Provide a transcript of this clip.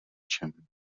čem